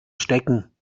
stecken